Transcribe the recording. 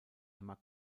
emma